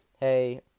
hey